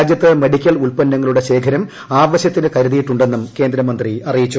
രാജ്യത്ത് മെഡിക്കൽ ഉത്പന്നങ്ങളുടെ ശേഖരം ആവശൃത്തിന് കരുതിയിട്ടുണ്ടെന്നും കേന്ദ്രമന്ത്രി അറിയിച്ചു